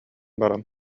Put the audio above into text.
баран